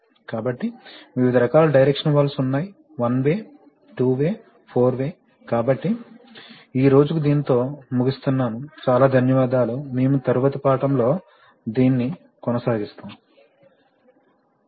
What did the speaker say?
కాబట్టి వివిధ రకాలైన డైరెక్షనల్ వాల్వ్స్ ఉన్నాయి one way two way four way కాబట్టి ఈ రోజుకు దీనితో ముగిస్తున్నాను చాలాధన్యవాదాలు మేము తరువాతి పాఠంలో దీన్ని కొనసాగిస్తాము